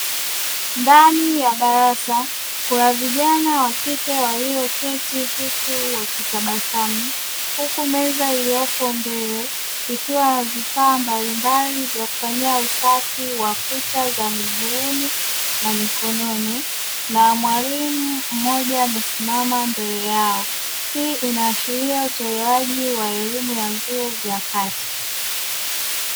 Ndani ya darasa, kuna vijana wa kike walio keti huku wakitabasamu. Kuna meza iliyopo mbele, ikiwa na vifaa mbalimbali vya kufanyia usafi wa kucha za miguuni na mikononi. Na mwalimu mmoja amesimama mbele yao. Hii inaashiria utoaji wa elimu ya ufundi wa kati.